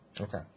Okay